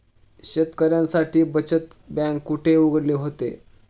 शेतकऱ्यांसाठी बचत बँक कुठे उघडली होती?